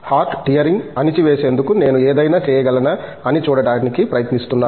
heart టియరింగ్ను అణిచివేసేందుకు నేను ఏదైనా చేయగలనా అని చూడటానికి ప్రయత్నిస్తున్నాను